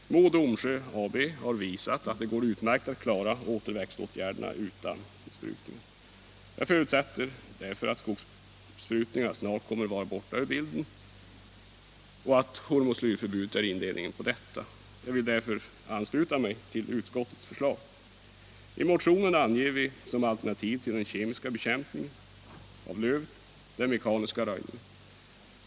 Mo och Domsjö AB har visat att det går utmärkt att klara återväxtåtgärderna utan besprutningar. Jag förutsätter därför att skogsbesprutningarna snart kommer att vara borta ur bilden och att hormoslyrförbudet är inledningen på detta. Jag vill därför ansluta mig till utskottets förslag. I motionen anger vi som alternativ till den kemiska bekämpningen av lövet den mekaniska röjningen.